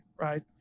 right